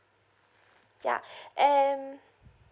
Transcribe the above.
ya and